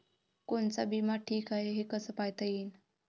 कोनचा बिमा ठीक हाय, हे कस पायता येईन?